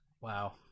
Wow